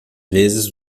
vezes